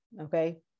Okay